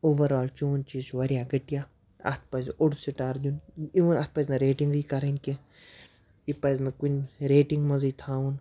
overall چون چیٖز چھِ واریاہ گٹھیا اَتھ پَزِ اوٚڈ سٹار دیُن اِوٕن اَتھ پَزِ نہٕ ریٹِںٛگٕے کَرٕنۍ کینٛہہ یہِ پَزِ نہٕ کُنہِ ریٹِنٛگ منٛزٕے تھاوُن